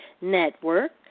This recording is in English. network